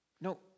No